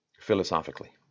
philosophically